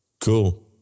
cool